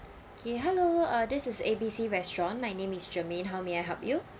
K hello uh this is A_B_C restaurant my name is germaine how may I help you